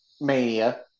mania